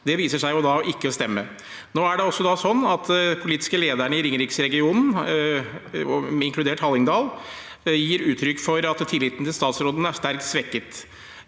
Det viser seg da ikke å stemme. Nå er det sånn at politiske ledere i Ringeriksregionen, inkludert Hallingdal, gir uttrykk for at tilliten til statsråden er sterkt svekket.